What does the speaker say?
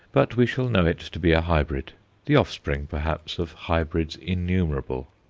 but we shall know it to be a hybrid the offspring, perhaps, of hybrids innumerable.